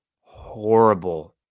horrible